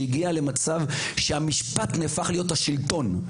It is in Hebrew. בגלל שהמשפט הפך להיות לשלטון.